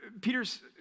Peter's